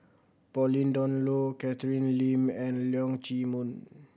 Pauline Dawn Loh Catherine Lim and Leong Chee Mun